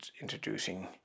introducing